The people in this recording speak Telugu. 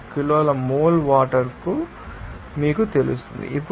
112 కిలోల మోల్ వాటర్ మీకు తెలుస్తుంది